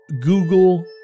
Google